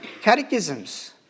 catechisms